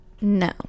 No